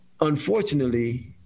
unfortunately